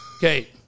Okay